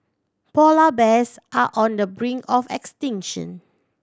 polar bears are on the brink of extinction